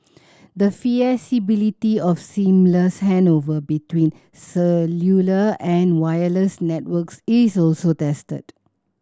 the feasibility of seamless handover between cellular and wireless networks is also tested